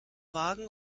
wagen